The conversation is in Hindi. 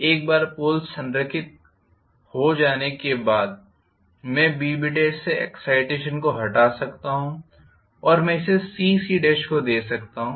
और एक बार पोल्स संरेखित हो जाने के बाद मैं B और B से एक्साइटेशन को हटा सकता हूं और इसे C और C को दे सकता हूं